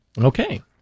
Okay